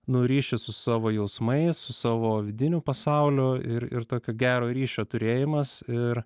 nu ryšį su savo jausmais su savo vidiniu pasauliu ir ir tokio gero ryšio turėjimas ir